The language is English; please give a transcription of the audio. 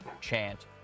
chant